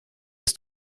ist